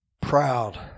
proud